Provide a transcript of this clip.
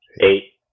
Eight